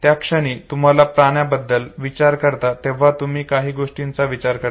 ज्या क्षणी तुम्ही प्राण्याबद्दल विचार करता तेव्हा तुम्ही काही गोष्टींचा विचार करता